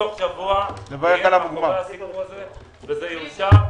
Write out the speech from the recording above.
שתוך שבוע ייגמר הסיפור הזה וזה יאושר.